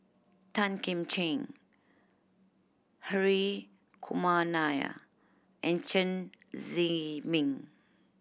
Tan Kim Ching Hri Kumar Nair and Chen Zhiming